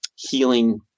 healing